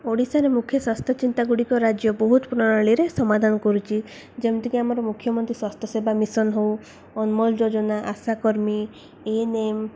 ଓଡ଼ିଶାରେ ମୁଖ୍ୟ ସ୍ୱାସ୍ଥ୍ୟ ଚିନ୍ତା ଗୁଡ଼ିକ ରାଜ୍ୟ ବହୁତ ପ୍ରଣାଳୀରେ ସମାଧାନ କରୁଛି ଯେମିତିକି ଆମର ମୁଖ୍ୟମନ୍ତ୍ରୀ ସ୍ୱାସ୍ଥ୍ୟ ସେବା ମିଶନ ହଉ ଅନମୋଲ୍ ଯୋଜନା ଆଶାକର୍ମୀ ଏନ୍ ଏମ୍